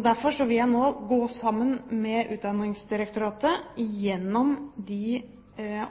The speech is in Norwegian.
Derfor vil jeg nå sammen med Utdanningsdirektoratet gå igjennom de